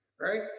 right